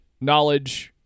knowledge